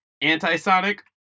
Anti-Sonic